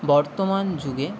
বর্তমান যুগে